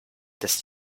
dass